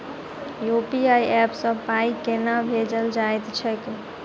UPI app सँ पाई केना भेजल जाइत छैक?